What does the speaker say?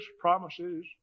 promises